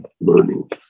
learning